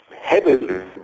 heavily